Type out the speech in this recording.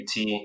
UT